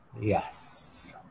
Yes